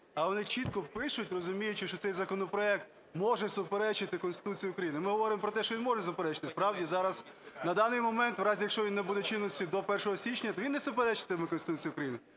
вони чітко пишуть, розуміючи, що цей законопроект може суперечити Конституції України. Ми говоримо про те, що він може суперечити, справді зараз... На даний момент у разі, якщо він набуде чинності до 1 січня, то він не суперечитиме Конституції України.